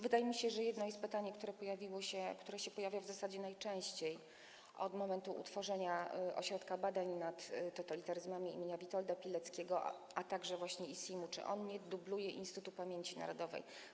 Wydaje mi się, że jest jedno pytanie, które pojawiło się, które się pojawia w zasadzie najczęściej od momentu utworzenia Ośrodka Badań nad Totalitaryzmami im. Witolda Pileckiego, a także właśnie ISiM-u, czy on nie dubluje Instytutu Pamięci Narodowej.